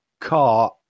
car